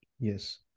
Yes